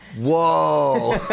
Whoa